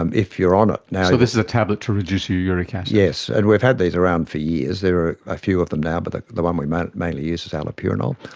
um if you're on it. so this is a tablet to reduce your uric acid? yes, and we've had these around for years, there are ah few of them now, but the one we but mainly use is allopurinol.